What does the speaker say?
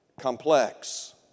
complex